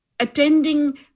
attending